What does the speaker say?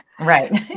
right